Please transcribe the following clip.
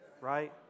Right